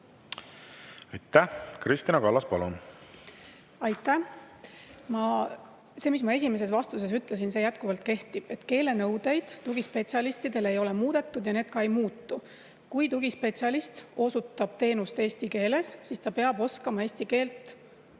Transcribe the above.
Aitäh! Kristina Kallas, palun! Aitäh! See, mis ma esimeses vastuses ütlesin, jätkuvalt kehtib. Keelenõudeid tugispetsialistidele ei ole muudetud ja need ka ei muutu. Kui tugispetsialist osutab teenust eesti keeles, siis ta peab oskama eesti keelt